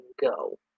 go